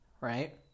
right